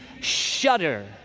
shudder